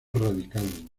radical